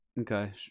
Okay